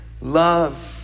loved